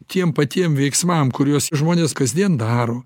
tiem patiem veiksmam kuriuos žmonės kasdien daro